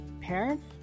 parents